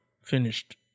finished